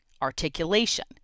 articulation